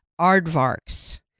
aardvarks